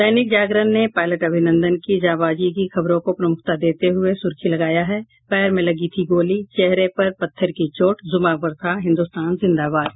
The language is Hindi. दैनिक जागरण ने पायलट अभिनंदन की जाबांजी की खबरों को प्रमुखता देते हुये सुर्खी लगाया है पैर में लगी थी गोली चेहरे पर पत्थर की चोट जुबां पर था हिन्दुस्तान जिंदाबाद